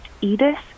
Edith